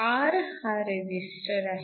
R हा register आहे